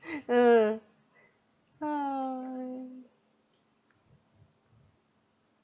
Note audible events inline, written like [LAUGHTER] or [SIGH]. [LAUGHS] uh !hais!